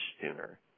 sooner